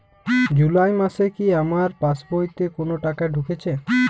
জুলাই মাসে কি আমার পাসবইতে কোনো টাকা ঢুকেছে?